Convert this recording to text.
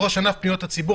ראש ענף פניות הציבור,